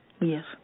Yes